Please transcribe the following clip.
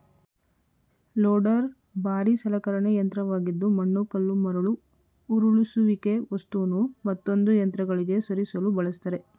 loader ಭಾರೀ ಸಲಕರಣೆ ಯಂತ್ರವಾಗಿದ್ದು ಮಣ್ಣು ಕಲ್ಲು ಮರಳು ಉರುಳಿಸುವಿಕೆ ವಸ್ತುನು ಮತ್ತೊಂದು ಯಂತ್ರಗಳಿಗೆ ಸರಿಸಲು ಬಳಸ್ತರೆ